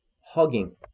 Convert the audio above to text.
hugging